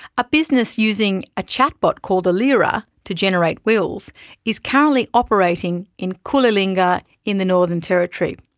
a business using a chat bot called ailira to generate wills is currently operating in coolalinga in the northern territory.